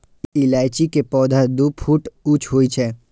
इलायची के पौधा दू फुट ऊंच होइ छै